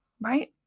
Right